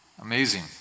amazing